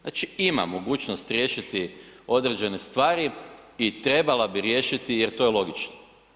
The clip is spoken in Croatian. Znači ima mogućnost riješiti određene stvari i trebala riješiti jer to je logično.